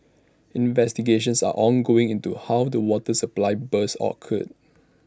investigations are ongoing into how the water supply burst occurred